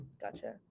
Gotcha